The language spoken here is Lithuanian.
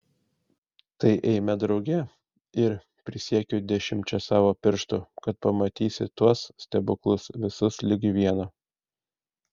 tai eime drauge ir prisiekiu dešimčia savo pirštų kad pamatysi tuos stebuklus visus ligi vieno